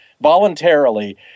voluntarily